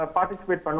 Participate